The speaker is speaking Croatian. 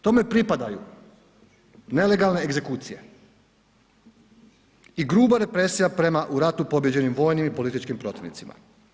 Tome pripadaju nelegalne egzekucije i gruba represija prema u ratu pobijeđenim vojnim i političkim protivnicima.